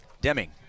Deming